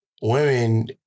women